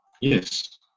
Yes